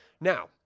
Now